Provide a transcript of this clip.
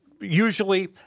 usually